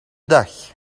dag